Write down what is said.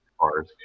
cars